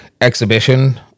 exhibition